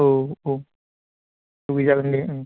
औ औ अ बे जागोन दे